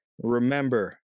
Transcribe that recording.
Remember